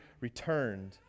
returned